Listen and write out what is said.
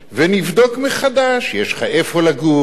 ונבדוק מחדש: יש לך איפה לגור?